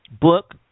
Book